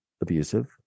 abusive